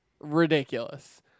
ridiculous